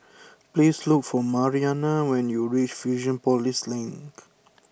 please look for Mariana when you reach Fusionopolis Link